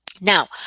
Now